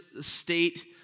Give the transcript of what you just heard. state